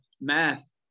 math